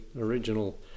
original